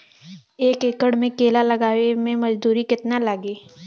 एक एकड़ में केला लगावे में मजदूरी कितना लागी?